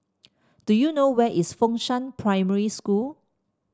do you know where is Fengshan Primary School